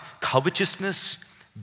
covetousness